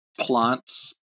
plants